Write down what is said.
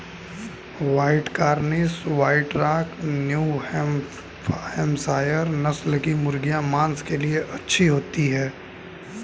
white Cornish, white Rock, New Hampshire नस्ल की मुर्गियाँ माँस के लिए अच्छी होती हैं